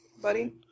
buddy